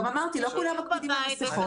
גם אמרתי: לא כולם מקפידים על מסכות.